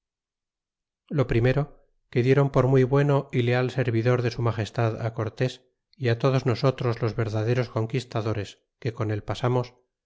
lo primero que diéron por muy bueno y leal servidor de su magestad á cortés y todos nosotros los verdaderos conquistadores que con él pasamos